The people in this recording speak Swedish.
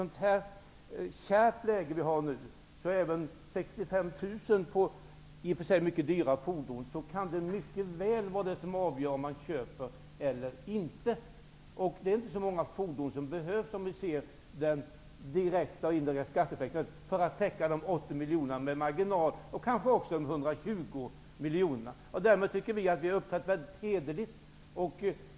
I nuvarande kärva läge kan även 65 000 i skatt på i och för sig mycket dyra fordon vara det som mycket väl avgör om man köper eller ej. Med tanke på den direkta och den indirekta skatteeffekten är det inte så många fordon som behövs för att med marginal täcka de 80 miljonerna i skattebortfall -- kanske också de 120 miljonerna. Vi tycker att vi därmed har uppträtt hederligt.